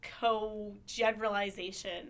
co-generalization